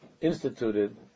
instituted